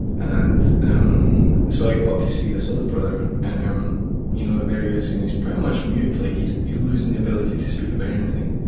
and um so i go up to see this other brother and um you know there he ah is, and he's pretty much mute, like he's losing the ability to speak about anything.